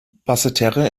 basseterre